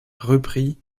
repris